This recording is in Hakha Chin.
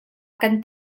kan